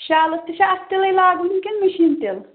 شالَس تہِ چھِ اَتھٕ تِلٕے لاگُن کِنہٕ مِشیٖن تِلہٕ